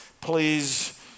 please